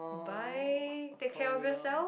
bye take care of yourself